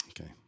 Okay